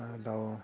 आरो दाउ